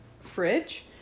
fridge